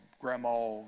grandma